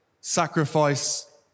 sacrifice